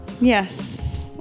yes